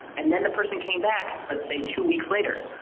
and then the person came back let's say two weeks later.